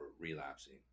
relapsing